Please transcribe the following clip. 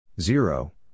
Zero